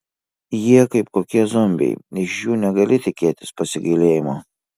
jie kaip kokie zombiai iš jų negali tikėtis pasigailėjimo